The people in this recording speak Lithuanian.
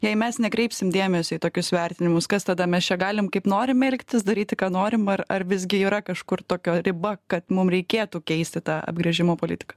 jei mes nekreipsim dėmesio į tokius vertinimus kas tada mes čia galim kaip norim elgtis daryti ką norim ar ar visgi yra kažkur tokio riba kad mum reikėtų keisti tą apgręžimo politiką